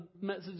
message